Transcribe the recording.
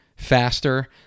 faster